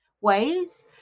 ways